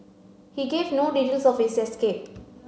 he gave no details of his escape